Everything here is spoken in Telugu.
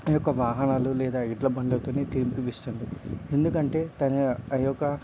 ఆ యొక్క వాహనాలు లేదా ఎడ్లబండతోని తెంపి ఇస్తుంది ఎందుకంటే తన ఆ యొక్క